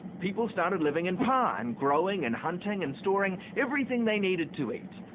people started living in pa and growing and hunting and storing everything they needed to eat.